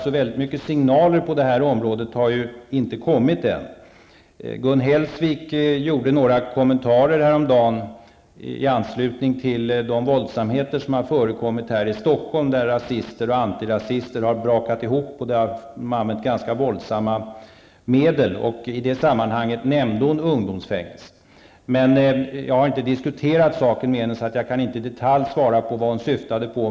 Så särskilt mycket signaler på det här området har ju ännu inte kommit. Gun Hellsvik gjorde häromdagen några kommentarer i anslutning till de våldsamheter som har förekommit här i Stockholm, där rasister och antirasister har brakat ihop och använt ganska våldsamma medel. I det sammanhanget nämnde hon ungdomsfängelse. Men jag har inte diskuterat saken med henne, så jag kan inte i detalj säga vad hon syftade på.